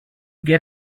get